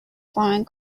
flying